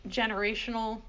generational